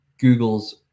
Google's